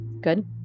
Good